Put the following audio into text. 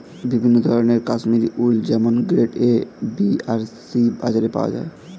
বিভিন্ন ধরনের কাশ্মীরি উল যেমন গ্রেড এ, বি আর সি বাজারে পাওয়া যায়